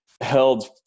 held